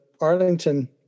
Arlington